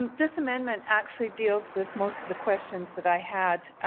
this amendment actually deals with most of the questions that i had.